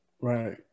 Right